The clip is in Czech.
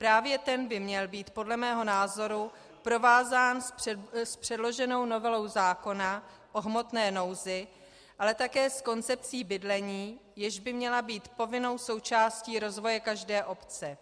Právě ten by měl být podle mého názoru provázán s předloženou novelou zákona o hmotné nouzi, ale také s koncepcí bydlení, jež by měla být povinnou součástí rozvoje každé obce.